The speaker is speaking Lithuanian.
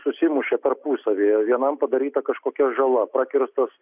susimušė tarpusavyje vienam padaryta kažkokia žala prakirstas